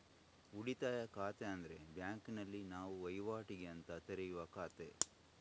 ಉಳಿತಾಯ ಖಾತೆ ಅಂದ್ರೆ ಬ್ಯಾಂಕಿನಲ್ಲಿ ನಾವು ವೈವಾಟಿಗೆ ಅಂತ ತೆರೆಯುವ ಖಾತೆ